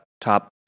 top